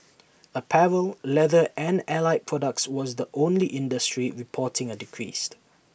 apparel leather and allied products was the only industry reporting A decrease